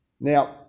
Now